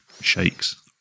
shakes